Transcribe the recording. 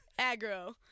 Aggro